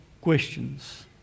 questions